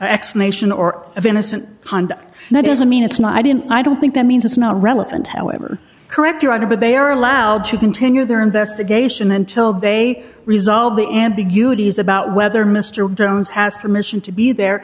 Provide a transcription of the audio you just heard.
explanation or of innocent pond and that doesn't mean it's not i didn't i don't think that means it's not relevant however correct you are but they are allowed to continue their investigation until they resolve the ambiguity is about whether mr jones has permission to be there